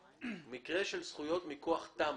מקרה של זכויות מכוח תמ"א,